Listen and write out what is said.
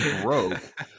broke